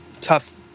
tough